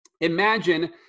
Imagine